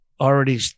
already